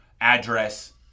address